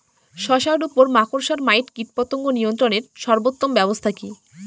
শশার উপর মাকড়সা মাইট কীটপতঙ্গ নিয়ন্ত্রণের সর্বোত্তম ব্যবস্থা কি?